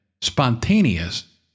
spontaneous